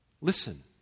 Listen